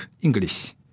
English